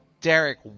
Derek